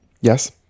yes